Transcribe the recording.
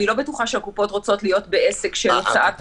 אני לא בטוחה שהקופות רוצות להיות בעסק של הוצאת תווים לכניסה לאירועים.